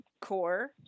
core